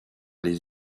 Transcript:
les